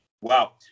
Wow